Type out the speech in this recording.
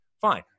Fine